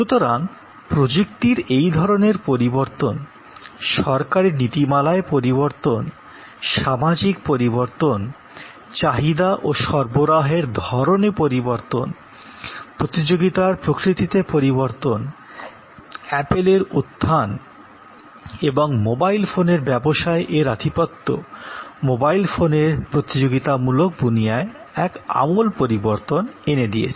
সুতরাং প্রযুক্তির এই ধরণের পরিবর্তন সরকারী নীতিমালায় পরিবর্তন সামাজিক পরিবর্তন চাহিদা ও সরবরাহের ধরনে পরিবর্তন প্রতিযোগিতার প্রকৃতিতে পরিবর্তন অ্যাপলের উত্থান এবং মোবাইল ফোনের ব্যাবসায় এর আধিপত্য মোবাইল ফোনের প্রতিযোগিতামূলক দুনিয়ায় এক আমূল পরিবর্তন এনে দিয়েছে